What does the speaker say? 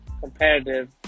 competitive